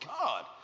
God